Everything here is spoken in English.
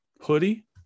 hoodie